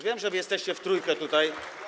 Wiem, że wy jesteście w trójkę tutaj.